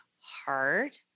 hard